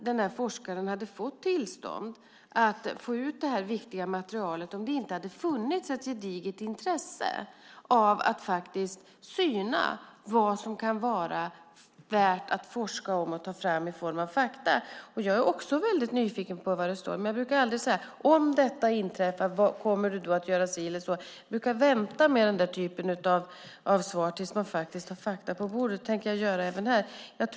Den här forskaren hade aldrig fått tillstånd att få ut detta viktiga material om det inte hade funnits ett gediget intresse av att faktiskt syna vad som kan vara värt att forska om och ta fram i form av fakta. Även jag är nyfiken på vad det kommer att stå. Men jag brukar aldrig fråga "Om detta inträffar, kommer du då att göra si eller så?" Utan brukar vänta men den typen av frågor och svar tills det finns fakta på bordet. Det tänker jag göra även i det här fallet.